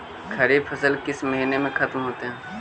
खरिफ फसल किस महीने में ख़त्म होते हैं?